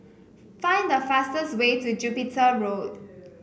find the fastest way to Jupiter Road